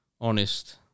honest